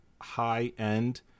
high-end